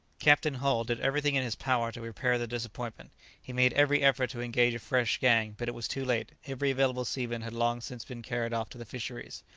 captain hull did everything in his power to repair the disappointment he made every effort to engage a fresh gang but it was too late every available seaman had long since been carried off to the fisheries.